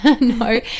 No